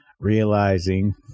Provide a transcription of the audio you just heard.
realizing